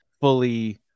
fully